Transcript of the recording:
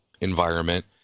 environment